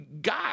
God